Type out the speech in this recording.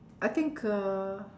I think uh